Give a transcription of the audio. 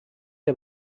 der